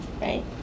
right